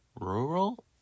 Rural